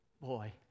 boy